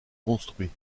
construit